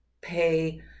pay